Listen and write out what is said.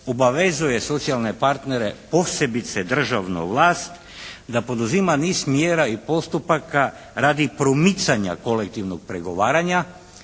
obavezuje socijalne partnere posebice državnu vlast da poduzima niz mjera i postupaka radi promicanja kolektivnog pregovaranja.